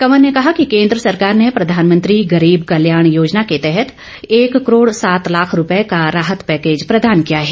कंवर ने कहा कि केंद्र सरकार ने प्रधानमंत्री गरीब कल्याण योजना के तहत एक करोड़ सात लाख रुपए का राहत पैकेज प्रदान किया है